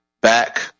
back